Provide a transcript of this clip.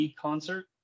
concert